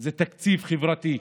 זה תקציב חברתי.